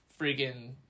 freaking